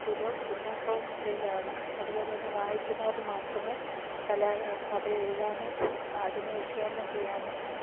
തുലോം പിന്നോക്കാവസ്ഥയിലാണ് അതുപോലെത്തന്നെ വായിക്കുന്നവർ മാത്രമേ കഥയെഴുതാനും അതിനെ വിശകലനം ചെയ്യാനും